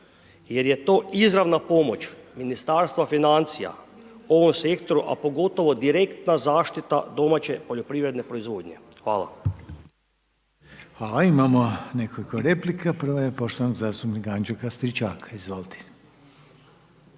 jer je to izravna pomoć Ministarstva financija ovom sektoru, a pogotovo direktna zaštita domaće poljoprivredne proizvodnje. Hvala. **Reiner, Željko (HDZ)** Hvala. Imamo nekoliko replika, prva je poštovanog zastupnika Anđelka Stričaka, izvolite.